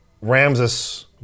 Ramses